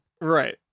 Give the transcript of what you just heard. Right